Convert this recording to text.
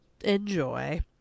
enjoy